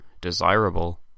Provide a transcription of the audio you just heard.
desirable